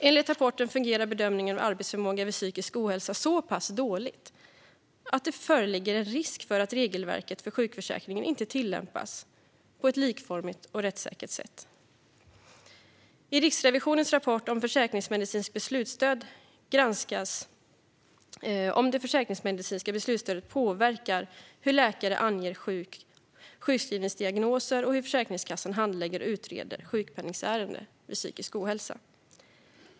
Enligt rapporten fungerar bedömningen av arbetsförmåga vid psykisk ohälsa så pass dåligt att det föreligger en risk att regelverket för sjukförsäkringen inte tillämpas på ett likformigt och rättssäkert sätt. I Riksrevisionens rapport om försäkringsmedicinskt beslutsstöd granskas om det försäkringsmedicinska beslutsstödet påverkar hur läkare anger sjukskrivningsdiagnoser och hur Försäkringskassan handlägger och utreder sjukpenningärenden vid psykisk ohälsa.